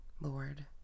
Lord